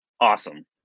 Awesome